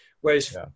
Whereas